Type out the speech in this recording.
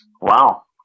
Wow